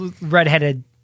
redheaded